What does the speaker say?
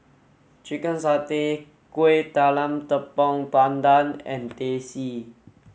Chicken Satay Kuih Talam Tepong Pandan and Teh C